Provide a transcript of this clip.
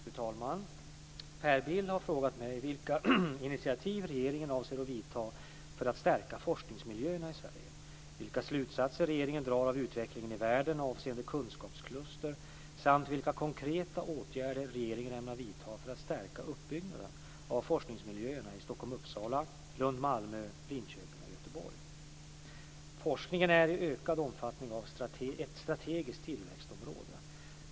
Fru talman! Per Bill har frågat mig vilka initiativ regeringen avser att vidta för att stärka forskningsmiljöerna i Sverige, vilka slutsatser regeringen drar av utvecklingen i världen avseende kunskapskluster samt vilka konkreta åtgärder regeringen ämnar vidta för att stärka uppbyggnaden av forskningsmiljöerna i Forskningen är i ökad omfattning ett strategiskt tillväxtområde.